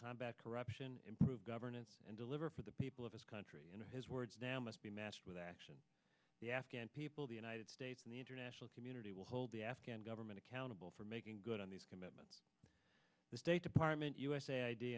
combat corruption improve governance and deliver for the people of his country and his words now must be matched with action the afghan people the united states and the international community will hold the afghan government accountable for making good on these commitments the state department u